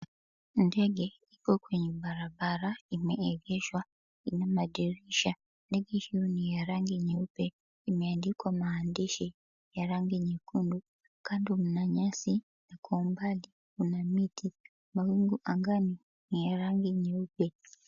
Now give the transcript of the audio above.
Ndege iko kwenye barabara imeegeshwa ina madirisha. Ndege hiyo ni ya rangi nyeupe imeandikwa maandishi ya rangi nyekundu. Kando mna nyasi, kwa umbali mna miti mawingu angani ni ya rangi nyeupe.